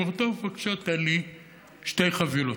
הוא אומר: טוב, בבקשה תן לי שתי חבילות.